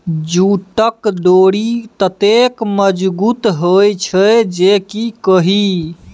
जूटक डोरि ततेक मजगुत होए छै जे की कही